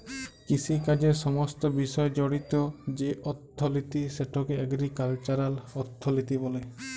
কিষিকাজের সমস্ত বিষয় জড়িত যে অথ্থলিতি সেটকে এগ্রিকাল্চারাল অথ্থলিতি ব্যলে